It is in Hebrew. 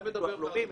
הביטוח הלאומי,